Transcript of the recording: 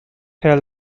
herr